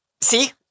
see